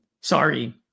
Sorry